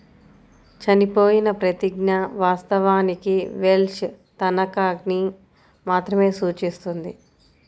చనిపోయిన ప్రతిజ్ఞ, వాస్తవానికి వెల్ష్ తనఖాని మాత్రమే సూచిస్తుంది